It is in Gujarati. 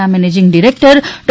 ના મેનેજીંગ ડિરેક્ટર ડૉ